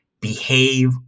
Behave